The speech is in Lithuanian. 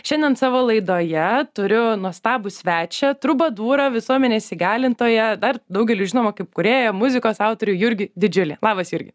šiandien savo laidoje turiu nuostabų svečią trubadūrą visuomenės įgalintoją dar daugeliui žinomą kaip kūrėją muzikos autorių jurgį didžiulį labas jurgi